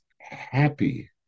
happy